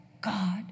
God